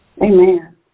Amen